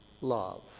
love